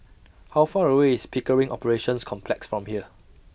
How Far away IS Pickering Operations Complex from here